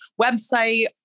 website